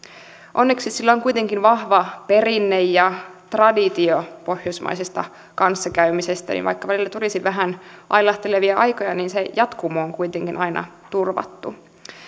onneksi sillä on kuitenkin vahva perinne ja traditio pohjoismaisessa kanssakäymisessä vaikka välillä tulisi vähän ailahtelevia aikoja niin se jatkumo on kuitenkin aina turvattu